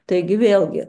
taigi vėlgi